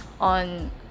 on